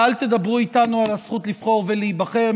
ואל תדברו איתנו על הזכות לבחור ולהיבחר,